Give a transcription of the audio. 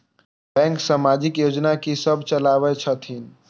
Bank समाजिक योजना की सब चलावै छथिन?